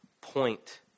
point